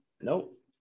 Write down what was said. Nope